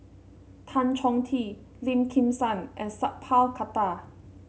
Tan Chong Tee Lim Kim San and Sat Pal Khattar